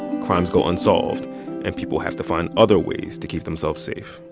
crimes go unsolved and people have to find other ways to keep themselves safe.